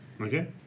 Okay